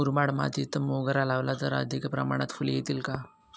मुरमाड मातीत मोगरा लावला तर अधिक प्रमाणात फूले येतील का?